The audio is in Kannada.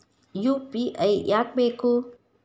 ಯು.ಪಿ.ಐ ಯಾಕ್ ಬೇಕು?